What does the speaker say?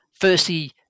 firstly